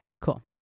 cool